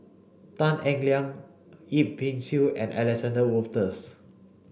Tan Eng Liang Yip Pin Xiu and Alexander Wolters